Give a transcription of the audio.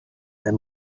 them